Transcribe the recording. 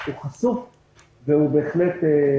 הוא חשוף והוא בהחלט לא